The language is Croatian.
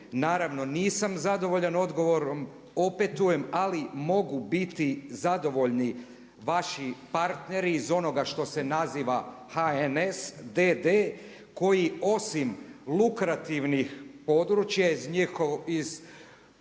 Naravno nisam zadovoljan odgovorom, opetujem, ali mogu biti zadovoljni vaši partneri iz onoga što se naziva HNS d.d. koji osim lukrativnih područja, iz područja